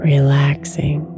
Relaxing